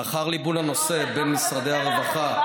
לאחר ליבון הנושא בין משרדי הרווחה,